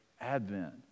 Advent